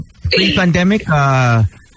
pre-pandemic